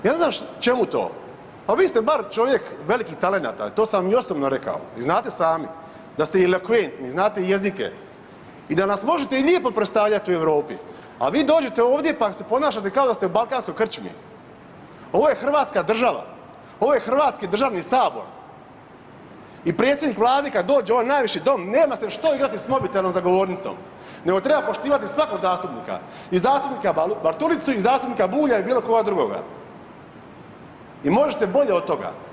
Ja ne znam čemu to, pa vi ste bar čovjek velikih talenata, to sam vam i osobno rekao i znate sami da ste elokventni znate jezike i da nas možete i lijepo predstavljati u Europi, a vi dođe ovdje pa se ponašate kao da ste u balkanskoj krčmi, ovo je Hrvatska država, ovo je Hrvatski državni sabor i predsjednik Vlade kad dođe u ovaj najviši dom nema se što igrati s mobitelom za govornicom nego treba poštivati svakog zastupnika i zastupnika Bartulicu i zastupnika Bulja i bilo koga drugoga, vi možete bolje od toga.